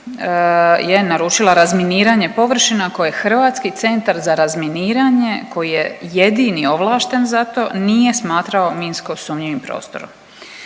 je naručila razminiranje površina koje Hrvatski centar za razminiranje koji je jedini ovlašten za to, nije smatrao minsko sumnjivim prostorom.